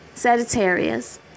Sagittarius